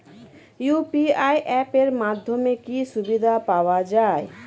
UPI app এর মাধ্যমে কি কি সুবিধা পাওয়া যায়?